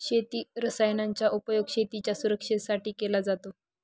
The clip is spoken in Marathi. शेती रसायनांचा उपयोग शेतीच्या सुरक्षेसाठी केला जातो